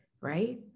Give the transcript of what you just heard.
Right